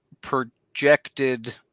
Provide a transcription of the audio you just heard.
projected